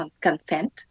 consent